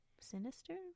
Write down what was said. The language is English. sinister